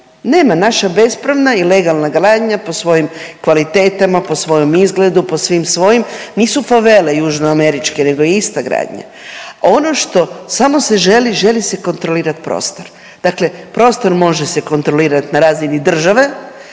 nema naša bespravna i legalna gradnja po svojim kvalitetama, po svojem izgledu, po svim svojim nisu favele južnoameričke nego je ista gradnja. Ono što, samo se želi, želi se kontrolirat prostor, dakle prostor može se kontrolirat na razini države,